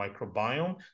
microbiome